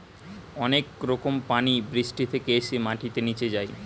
অনেক রকম পানি বৃষ্টি থেকে এসে মাটিতে নিচে যায়